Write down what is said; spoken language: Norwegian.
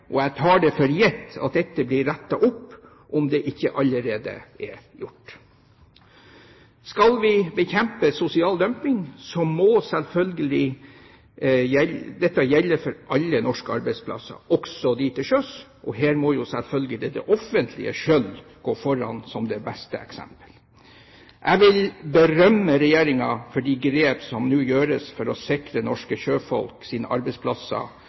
og jeg tar det for gitt at dette blir rettet opp, om det ikke allerede er gjort. Skal vi bekjempe sosial dumping, må selvfølgelig dette gjelde for alle norske arbeidsplasser, også de til sjøs, og her må selvfølgelig det offentlige selv gå foran som det beste eksempel. Jeg vil berømme Regjeringen for de grep som nå gjøres for å sikre norske sjøfolks arbeidsplasser